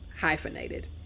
hyphenated